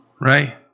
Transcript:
Right